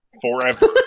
forever